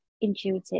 intuitive